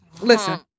listen